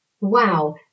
Wow